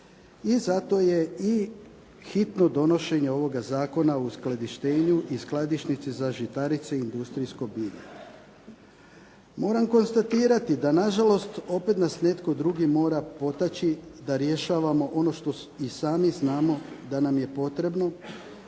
i zato je i hitno donošenje ovoga Zakona o uskladištenju i skladišnici za žitarice i industrijsko bilje. Moram konstatirati da nažalost opet nas netko drugi mora potaći da rješavamo ono što i sami znamo da nam je potrebno